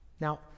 Now